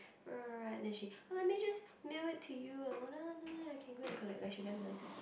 write write write then she oh let me just mail it to you and all you can go and collect like she damn nice